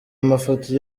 amafoto